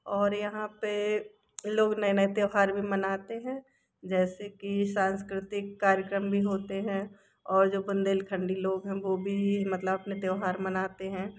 और यहाँ पे लोग नए नए त्योहार भी मनाते हैं जैसे कि सांस्कृतिक कार्यक्रम भी होते हैं और जो बुंदेलखंडी लोग हैं वो भी मतलब अपने त्योहार मनाते हैं